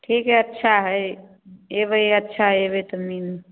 ठीक हइ अच्छा हइ अएबै अच्छा अएबै तऽ मिलऽ